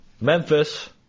Memphis